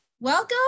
Welcome